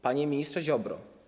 Panie Ministrze Ziobro!